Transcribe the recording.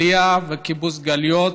עלייה וקיבוץ גלויות.